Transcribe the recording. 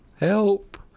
Help